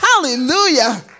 Hallelujah